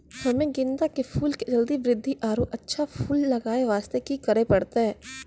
हम्मे गेंदा के फूल के जल्दी बृद्धि आरु अच्छा फूल लगय वास्ते की करे परतै?